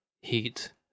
heat